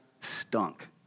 stunk